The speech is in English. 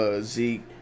Zeke